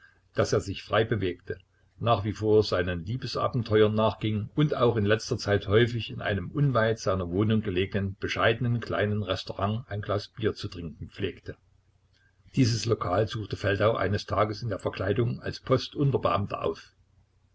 daß er sich frei bewegte nach wie vor seinen liebesabenteuern nachging und auch in letzter zeit häufig in einem unweit seiner wohnung gelegenen bescheidenen kleinen restaurant ein glas bier zu trinken pflegte dieses lokal suchte feldau eines tages in der verkleidung als postunterbeamter auf